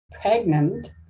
pregnant